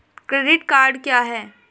Credit card क्या है?